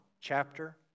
chapter